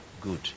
good